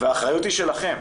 האחריות היא שלכם.